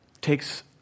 takes